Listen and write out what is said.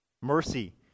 mercy